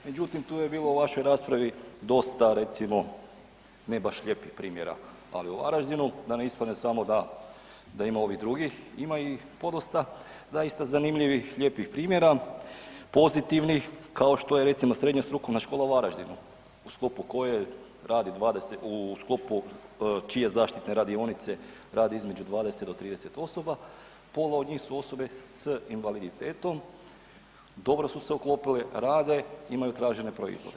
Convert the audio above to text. Međutim, tu je bilo u vašoj raspravi dosta recimo ne baš lijepih primjera, ali u Varaždinu da ne ispadne samo da ima ovih drugih ima i podosta zaista zanimljivih, lijepih primjera, pozitivnih kao što je Srednja strukovna škola u Varaždinu u sklopu koje radi, u sklopu čije zaštitne radionice radi između 20 do 30 osoba, pola od njih su osobe s invaliditetom, dobro su se uklopile, rade, imaju tražene proizvode.